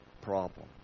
problem